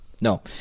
No